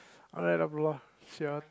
alright Abdullah sia